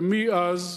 ומאז,